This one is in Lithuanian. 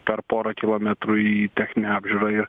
per porą kilometrų į techninę apžiūrą ir